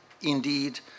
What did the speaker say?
indeed